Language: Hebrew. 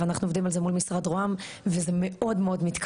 ואנחנו עובדים על זה מול משרד ראש הממשלה וזה מאוד מתקדם,